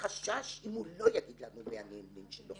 גדולה שהוא יגיד לי אם בחשבון הבנק שלו שהוא מעביר יש נהנים.